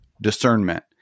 discernment